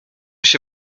się